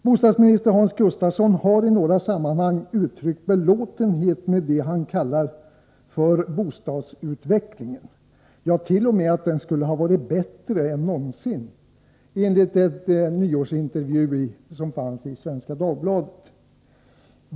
Bostadsminister Hans Gustafsson har i några sammanhang uttryckt belåtenhet med det han kallar för bostadsutvecklingen, ja, t.o.m. att den skulle vara bättre än någonsin! — detta enligt en nyårsintervju i Svenska Dagbladet.